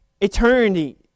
Eternity